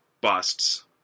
busts